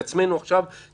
התפיסה באה